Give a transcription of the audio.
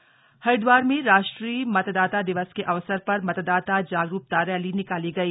मतदाता दिवस हरिदवार हरिद्वार में राष्ट्रीय मतदाता दिवस के अवसर पर मतदाता जागरूकता रैली निकाली गई